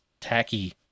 tacky